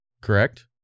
Correct